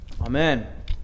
amen